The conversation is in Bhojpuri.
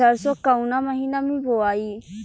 सरसो काउना महीना मे बोआई?